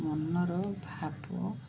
ମନର ଭାବ